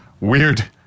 Weird